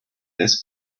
this